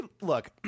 look